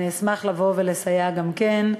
אני אשמח לבוא ולסייע גם כן,